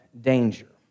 danger